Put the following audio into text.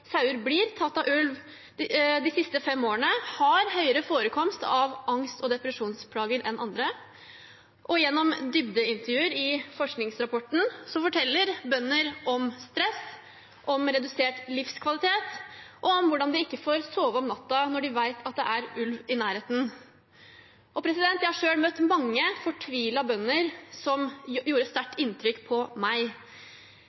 sauer blir tatt av ulv, de siste fem årene har høyere forekomst av angst og depresjonsplager enn andre, og gjennom dybdeintervjuer i forskningsrapporten forteller bønder om stress, om redusert livskvalitet og om hvordan de ikke får sove om natten når de vet at det er ulv i nærheten. Jeg har selv møtt mange fortvilte bønder, noe som gjorde et sterkt